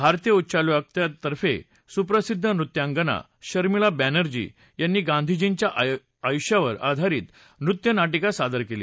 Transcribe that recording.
भारतीय उच्चायोगातर्फे सुप्रसिद्ध नृत्यांगना शर्मिला बॅनर्जी यांनी गांधीजींच्या आयुष्यावर आधारित नृत्यनाटिका सादर केली